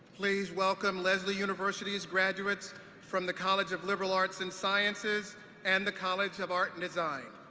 please welcome lesley university's graduates from the college of liberal arts and sciences and the college of art and design.